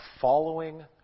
following